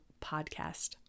podcast